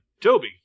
Toby